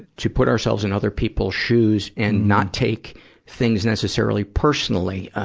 to put ourselves in other people's shoes and not take things necessarily personally, ah,